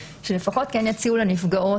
שלפחות כן יציעו לנפגעות,